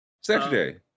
Saturday